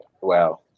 Wow